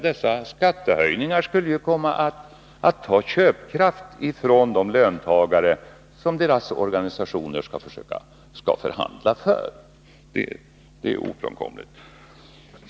Dessa skattehöjningar skulle ju komma att ta köpkraft från de löntagare som löntagarorganisationerna skall förhandla för — det är ofrånkomligt.